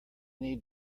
need